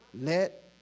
Let